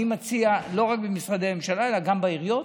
לא רק במשרדי הממשלה אלא גם בעיריות